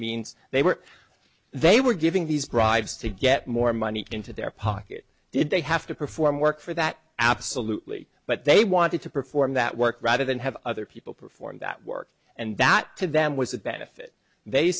means they were they were giving these bribes to get more money into their pocket did they have to perform work for that absolutely but they wanted to perform that work rather than have other people perform that work and that to them was a benefit they